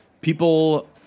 people